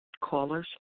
callers